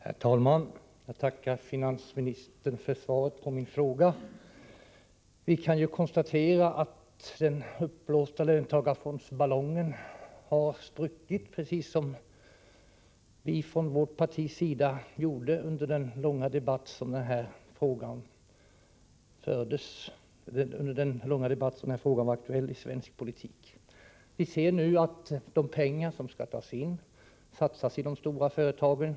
Herr talman! Jag tackar finansministern för svaret på min fråga. Vi kan konstatera att den uppblåsta löntagarfondsballongen har spruckit, precis som vi sade under den långa debatt då den här frågan var aktuell i svensk politik. Vi ser nu att de pengar som tas in satsas i de stora företagen.